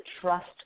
trust